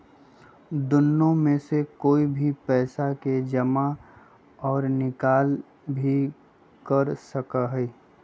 दुन्नो में से कोई भी पैसा के जमा और निकाल भी कर सका हई